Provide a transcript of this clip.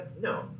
No